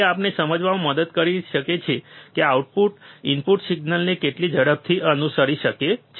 તે આપણને સમજવામાં મદદ કરી શકે છે કે આઉટપુટ ઇનપુટ સિગ્નલને કેટલી ઝડપથી અનુસરી શકે છે